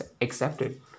accepted